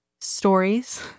stories